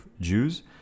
Jews